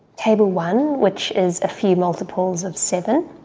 table one, which is a few multiples of seven.